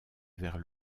vers